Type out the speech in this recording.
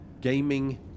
Gaming